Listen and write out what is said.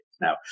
Now